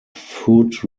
food